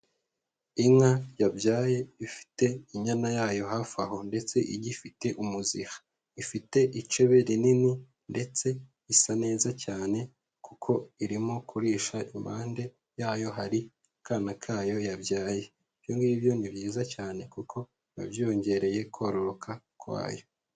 Inka yabyaye ifite inyana yayo hafi aho ndetse igifite umuziha, ifite icebe rinini ndetse isa neza cyane kuko irimo kurisha impande yayo hari akana kayo yabyaye. Iibyo ngibyo ni byiza cyane kuko biba byongereye kororoka kwayo.